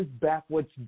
backwards